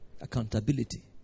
Accountability